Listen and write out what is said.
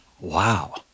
Wow